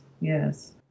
yes